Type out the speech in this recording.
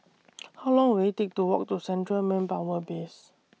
How Long Will IT Take to Walk to Central Manpower Base